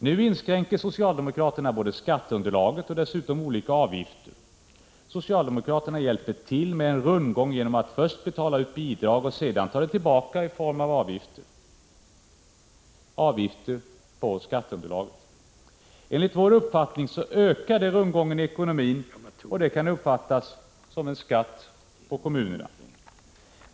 Nu inskränker socialdemokraterna både skatteunderlaget och olika avgifter. Socialdemokraterna hjälper till med rundgången genom att först betala ut bidrag och sedan ta tillbaka det i form av avgifter på skatteunderlaget. Enligt vår uppfattning ökar det rundgången i ekonomin, och det kan uppfattas som en skatt på kommunerna.